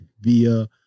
via